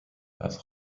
das